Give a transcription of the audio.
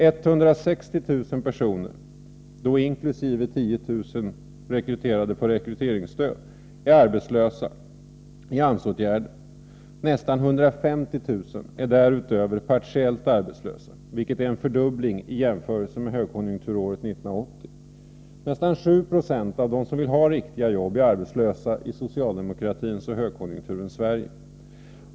160 000 personer, inkl. 10 000 rekryterade på rekryteringsstöd, är arbetslösa i AMS-åtgärder. Nästan 150 000 är därutöver partiellt arbetslösa, vilket är en fördubbling i jämförelse med högkonjunkturåret 1980. Nästan 7 26 av dem som vill ha riktiga jobb är arbetslösa i socialdemokratins och högkonjunkturens Sverige.